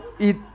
eat